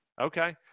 Okay